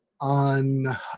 on